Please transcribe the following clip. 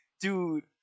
Dude